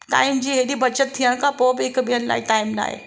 time जी हेॾी बचति थियण खां पोइ बि हिक बियनि लाइ टाइम नाहे